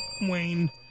Wayne